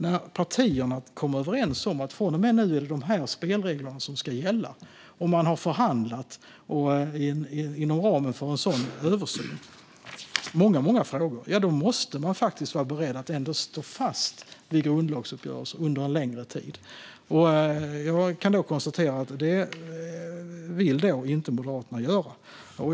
När partierna kommer överens om att från och med nu ska vissa spelregler gälla, och man har förhandlat inom ramen för en sådan översyn, då måste man ändå vara beredd att stå fast vid grundlagsuppgörelsen under en längre tid. Jag kan då konstatera att det vill inte Moderaterna göra.